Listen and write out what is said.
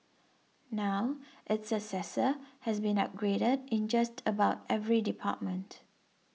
now its successor has been upgraded in just about every department